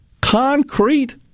concrete